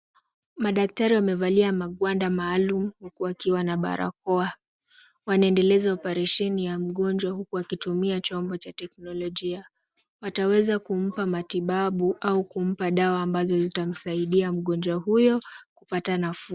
Madaktari wamevalia magwanda maalum huku wakiwa na barakoa. Wanaendeleza oparesheni ya mgonjwa huku wakitumia chombo cha teknolojia. Wataweza kumpa matibabu au kumpa dawa ambazo zitamsaidia mgonjwa huyo kupata nafuu.